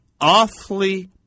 awfully